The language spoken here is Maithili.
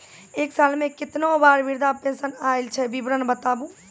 एक साल मे केतना बार वृद्धा पेंशन आयल छै विवरन बताबू?